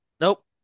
Nope